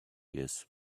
yes